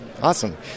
Awesome